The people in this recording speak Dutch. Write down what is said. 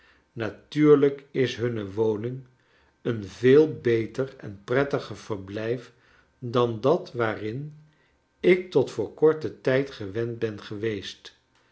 natuurlijk is hunne woning een veel beter en prettiger verblijf dan dat waaraan ik tot voor korten tijd gewend ben geweest